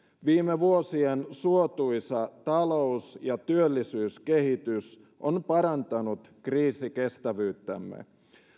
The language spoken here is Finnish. viime vuosien suotuisa talous ja työllisyyskehitys on parantanut kriisikestävyyttämme